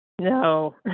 No